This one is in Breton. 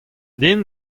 din